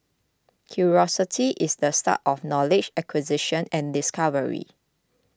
curiosity is the start of knowledge acquisition and discovery